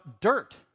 dirt